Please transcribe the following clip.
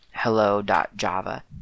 hello.java